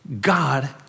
God